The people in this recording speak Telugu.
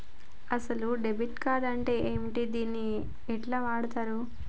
అసలు డెబిట్ కార్డ్ అంటే ఏంటిది? దీన్ని ఎట్ల వాడుతరు?